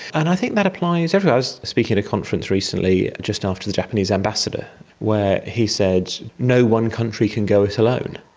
and i think that applies everywhere. i was speaking at a conference recently just after the japanese ambassador where he said no one country can go it alone.